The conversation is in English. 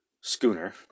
schooner